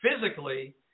physically